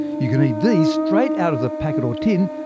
you can eat these straight out of the packet or tin,